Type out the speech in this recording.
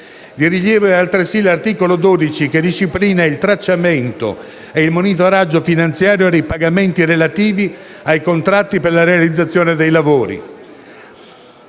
Di rilievo è altresì l'articolo 12, che disciplina il tracciamento e il monitoraggio finanziario dei pagamenti relativi ai contratti per la realizzazione dei lavori.